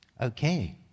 Okay